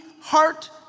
heart